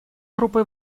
группой